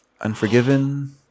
Unforgiven